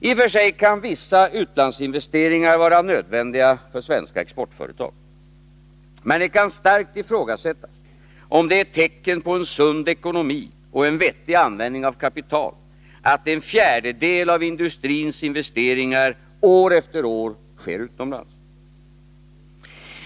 I och för sig kan vissa utlandsinvesteringar vara nödvändiga för svenska exportföretag. Men det kan starkt ifrågasättas om det är tecken på en sund ekonomi och en vettig användning av kapital att en fjärdedel av industrins investeringar år efter år sker utomlands.